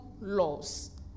laws